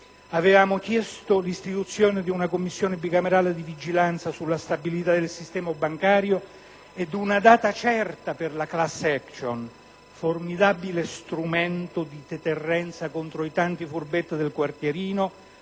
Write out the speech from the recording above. Avevamo chiesto l'istituzione di una commissione bicamerale di vigilanza sulla stabilità del sistema bancario ed una data certa per l'attivazione della *class action*, formidabile strumento di deterrenza contro i tanti furbetti del quartierino,